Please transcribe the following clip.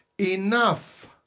enough